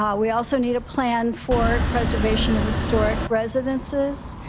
um we also need a plan for preservation of historic residences.